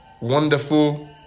wonderful